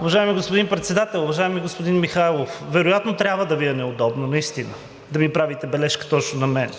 Уважаеми господин Председател! Уважаеми господин Михайлов, вероятно трябва да Ви е неудобно наистина да ми правите бележка точно на мен.